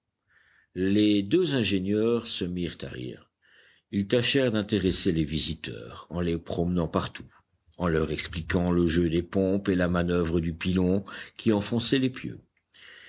les deux ingénieurs se mirent à rire ils tâchèrent d'intéresser les visiteurs en les promenant partout en leur expliquant le jeu des pompes et la manoeuvre du pilon qui enfonçait les pieux